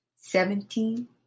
seventeen